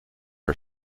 our